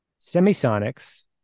Semisonic's